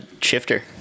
shifter